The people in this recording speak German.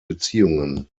beziehungen